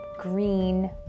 green